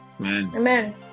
amen